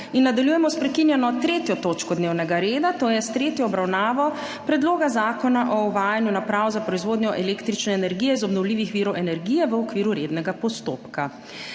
In nadaljujemo s prekinjeno 3. točko dnevnega reda - tretja obravnava Predloga zakona o uvajanju naprav za proizvodnjo električne energije iz obnovljivih virov energije, v okviru rednega postopka.